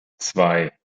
zwei